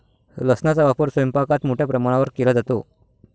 लसणाचा वापर स्वयंपाकात मोठ्या प्रमाणावर केला जातो